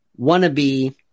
wannabe